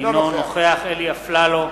אינו נוכח אלי אפללו,